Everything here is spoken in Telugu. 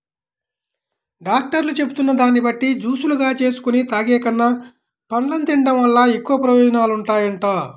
డాక్టర్లు చెబుతున్న దాన్ని బట్టి జూసులుగా జేసుకొని తాగేకన్నా, పండ్లను తిన్డం వల్ల ఎక్కువ ప్రయోజనాలుంటాయంట